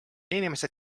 inimesed